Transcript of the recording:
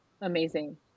amazing